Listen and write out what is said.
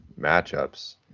matchups